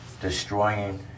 destroying